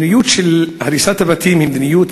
מדיניות של הריסת בתים היא המדיניות